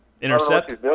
intercept